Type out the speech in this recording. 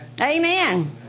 Amen